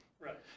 right